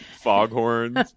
foghorns